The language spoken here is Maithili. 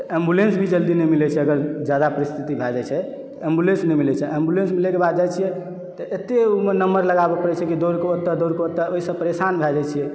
तऽ एम्बुलेन्स भी जल्दी नहि मिलै छै अगर जादा परिस्थिति भए जाइ छै तऽ एम्बुलेन्स नहि मिलै छै एम्बुलेन्स मिलैके बाद जाइ छियै एते ओहिमे नम्बर लगाबऽ पड़ै छै कि दौड़ कऽ एतऽ दौड़ कऽ ओतऽ ओहिसँ परेशान भए जाइ छियै